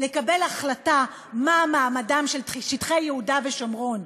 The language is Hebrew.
לקבל החלטה מה מעמדם של שטחי יהודה ושומרון,